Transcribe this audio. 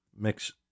mix